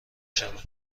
شوند